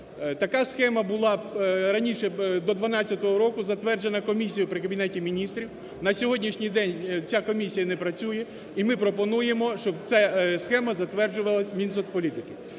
Така схема була раніше до 12-го року затверджена комісією при Кабінеті Міністрів. На сьогоднішній день ця комісія не працює. І ми пропонуємо, щоб ця схема затверджувалась у Мінсоцполітики.